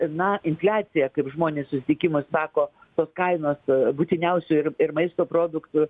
na infliacija kaip žmonės susitikimuos sako tos kainos būtiniausių ir ir maisto produktų